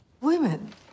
Women